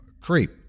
creep